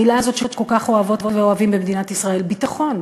המילה הזאת שכל כך אוהבות ואוהבים במדינת ישראל: ביטחון.